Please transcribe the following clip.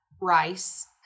rice